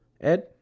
Ed